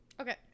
okay